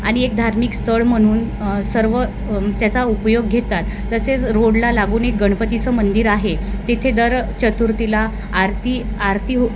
आणि एक धार्मिक स्थळ म्हणून सर्व त्याचा उपयोग घेतात तसेच रोडला लागून एक गणपतीचं मंदिर आहे तिथे दर चतुर्थीला आरती आरती हो